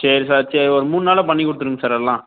சரி சார் சரி ஒரு மூணு நாளில் பண்ணிக் கொடுத்துருங் சார் எல்லாம்